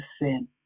sin